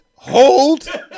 hold